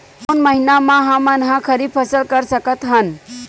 कोन महिना म हमन ह खरीफ फसल कर सकत हन?